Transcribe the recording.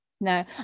No